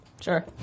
Sure